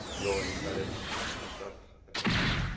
rolling credits kind of stuff at the end.